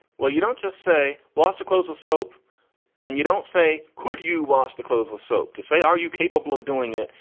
well, you don't just say want to close with soap and you don't say, could you wash the clothes with soap to say, are you capable of doing it?